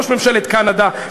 ראש ממשלת קנדה,